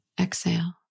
Exhale